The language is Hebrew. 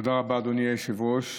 תודה רבה, אדוני היושב-ראש.